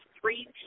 three